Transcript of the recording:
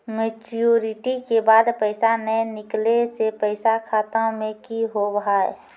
Maturity के बाद पैसा नए निकले से पैसा खाता मे की होव हाय?